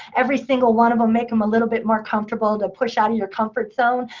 every single one of them, make them a little bit more comfortable to push out of your comfort zone.